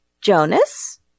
Jonas